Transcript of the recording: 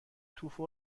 توفو